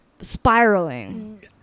spiraling